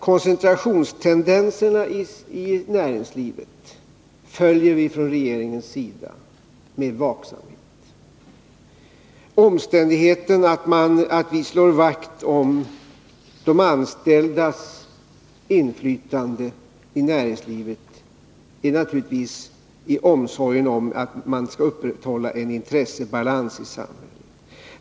Koncentrationstendenserna i näringslivet följer vi från regeringens sida med vaksamhet. Att vi slår vakt om de anställdas inflytande i näringslivet beror naturligtvis på omsorgen om att upprätthålla en intressebalans i samhället.